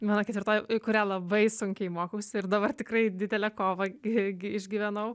mano ketvirtoji kurią labai sunkiai mokausi ir dabar tikrai didelę kovą irgi išgyvenau